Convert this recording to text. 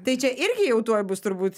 tai čia irgi jau tuoj bus turbūt